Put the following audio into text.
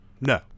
No